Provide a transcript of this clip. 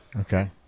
Okay